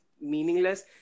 meaningless